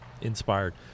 inspired